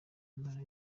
nyamara